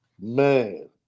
man